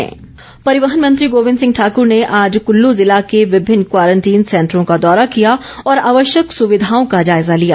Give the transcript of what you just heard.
गोविंद ठाकुर परिवहन मंत्री गोविंद सिंह ठाकुर ने आज कुल्लू जिला के विभिन्न क्वारंटीन सेंटरों का दौरा किया और आवश्यक सुविधाओं का जायजा लिया